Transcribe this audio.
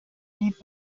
blieb